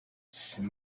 sun